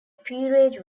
peerage